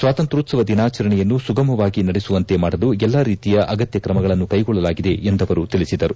ಸ್ವಾತಂತ್ರ್ಕೋತ್ಸವ ದಿನಾಚರಣೆಯನ್ನು ಸುಗಮವಾಗಿ ನಡೆಸುವಂತೆ ಮಾಡಲು ಎಲ್ಲಾ ರೀತಿಯ ಅಗತ್ಯ ಕ್ರಮಗಳನ್ನು ಕೈಗೊಳ್ಳಲಾಗಿದೆ ಎಂದವರು ತಿಳಿಸಿದರು